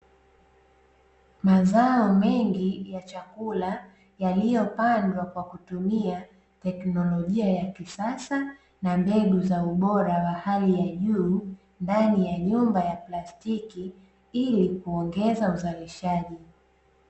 Mazao mengi ya chakula yaliyopandwa kwa kutumia teknolojia ya kisasa na mbegu za ubora wa hali ya juu ndani ya nyumba ya plastiki ili kuongeza uzalishaji.